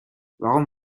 warum